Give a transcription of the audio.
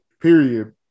period